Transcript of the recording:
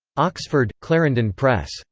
oxford clarendon press.